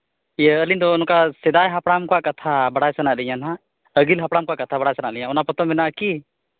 ᱤᱭᱟᱹ ᱟᱹᱞᱤᱧ ᱫᱚ ᱱᱚᱝᱠᱟ ᱥᱮᱫᱟᱭ ᱦᱟᱯᱲᱟᱢ ᱠᱚᱣᱟᱜ ᱠᱟᱛᱷᱟ ᱵᱟᱰᱟᱭ ᱥᱟᱱᱟᱭᱮᱫ ᱞᱤᱧᱟᱹ ᱱᱟᱜ ᱟᱹᱜᱤᱞ ᱦᱟᱯᱲᱟᱢ ᱠᱚᱣᱟᱜ ᱠᱟᱛᱷᱟ ᱵᱟᱲᱟᱭ ᱥᱟᱱᱟᱭᱮᱫ ᱞᱤᱧᱟᱹ ᱚᱱᱟ ᱯᱚᱛᱚᱵ ᱢᱮᱱᱟᱜᱼᱟ ᱠᱤ